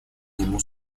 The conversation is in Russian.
нему